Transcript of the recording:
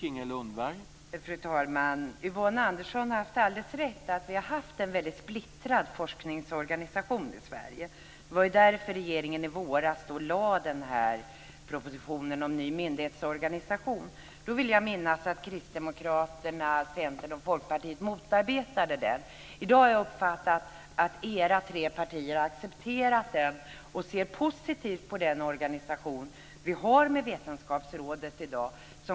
Herr talman! Yvonne Andersson har alldeles rätt i att vi har haft en splittrad forskningsorganisation i Sverige. Det var ju därför som regeringen i våras lade fram en proposition om en ny myndighetsorganisation. Då vill jag minnas att Kristdemokraterna, Centern och Folkpartiet motarbetade den. I dag har jag uppfattat att era tre partier har accepterat och ser positivt på den organisation med Vetenskapsrådet som vi har i dag.